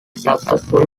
successful